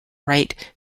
right